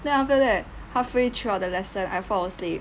then after that halfway throughout the lesson I fall asleep